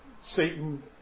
Satan